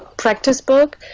practice book